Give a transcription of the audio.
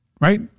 right